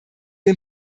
den